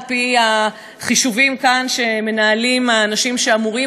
לפי החישובים כאן שמנהלים האנשים שאמורים